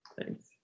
Thanks